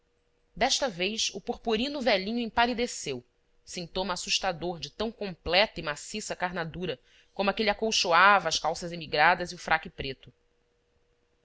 desta vez o purpurino velhinho empalideceu sintoma assustador de tão completa e maciça carnadura como a que lhe acolchoava as calcinhas emigradas e o fraque preto